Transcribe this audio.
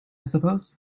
suppose